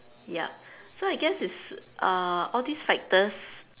yup so I guess is uh all these factors